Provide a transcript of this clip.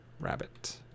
Rabbit